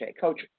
Coach